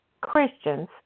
Christians